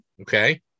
Okay